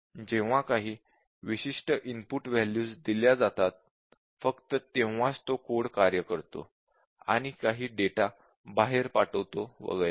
जेव्हा काही विशिष्ट इनपुट वॅल्यूज दिल्या जातात फक्त तेव्हाच तो कोड कार्य करतो आणि काही डेटा बाहेर पाठवतो वगैरे